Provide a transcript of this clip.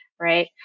right